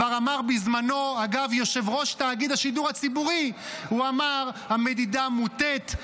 כבר אמר בזמנו יושב-ראש תאגיד השידור הציבורי שהמדידה מוטית,